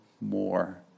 more